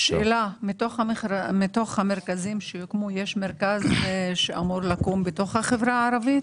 האם מתוך המרכזים שיוקמו יש מרכז שאמור לקום בתוך החברה הערבית?